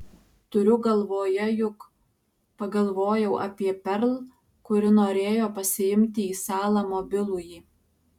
turiu galvoje juk pagalvojau apie perl kuri norėjo pasiimti į salą mobilųjį